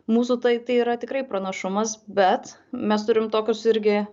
mūsų tai tai yra tikrai pranašumas bet mes turim tokius irgi